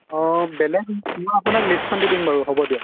অ' বেলেগ মই আপোনাক লিষ্টখন দি দিম বাৰু হ'ব দিয়ক